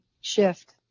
shift